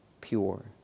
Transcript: pure